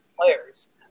players